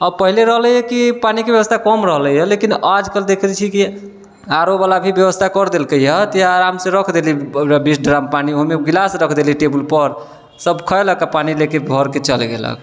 अब पहिले रहलैय कि पानिके व्यवस्था कम रहलैय लेकिन आजकल देखै छी कि आरओवला भी व्यवस्था कर देलकै ताहिला आरामसँ रख देली बीस ड्राम पानि ओहिमे गिलास रख देली टेबुलपर सब खैलक आओर पानि लेके आओर भरिके चलि गेलक